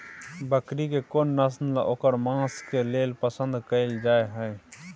बकरी के कोन नस्ल ओकर मांस के लेल पसंद कैल जाय हय?